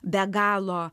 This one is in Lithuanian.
be galo